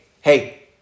hey